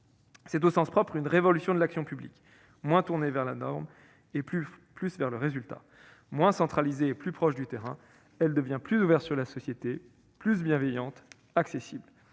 a là, au sens propre, une révolution de l'action publique, qui sera désormais moins tournée vers la norme et davantage vers le résultat. Moins centralisée et plus proche du terrain, elle devient plus ouverte sur la société, plus bienveillante, accessible.